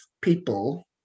people